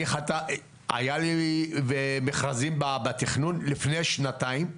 היו לי מכרזים בתכנון לפני שנתיים,